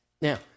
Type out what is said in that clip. Now